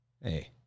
Hey